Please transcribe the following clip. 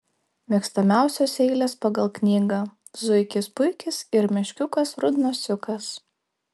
mėgstamiausios eilės pagal knygą zuikis puikis ir meškiukas rudnosiukas